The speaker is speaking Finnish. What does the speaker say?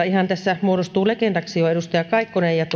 ihan tässä jo muodostuu legendaksi edustaja kaikkonen ja